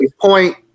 point